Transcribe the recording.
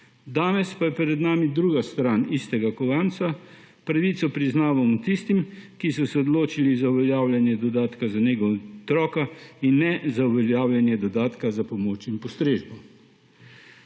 danes pa je pred nami druga stran istega kovanca, pravico priznavamo tistim, ki so se odločili za uveljavljanje dodatka za nego otroka in ne za uveljavljanje dodatka za pomoč in postrežbo.